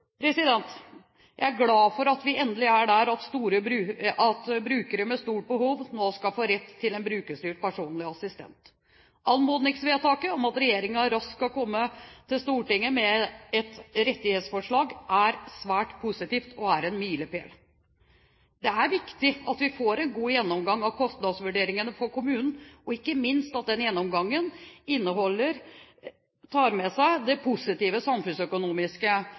Jeg er glad for at vi endelig er der at brukere med stort behov nå skal få rett til en brukerstyrt personlig assistent. Anmodningsvedtaket om at regjeringen raskt skal komme til Stortinget med et rettighetsforslag, er svært positivt, og det er en milepæl. Det er viktig at vi får en god gjennomgang av kostnadsvurderingene for kommunen, og ikke minst at den gjennomgangen tar med seg de positive samfunnsøkonomiske